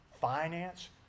finance